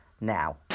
now